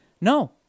No